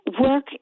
Work